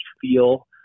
feel